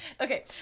Okay